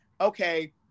okay